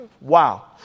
Wow